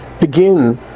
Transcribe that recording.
begin